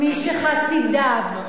מי שחסידיו,